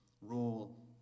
rule